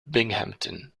binghamton